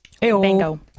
Bingo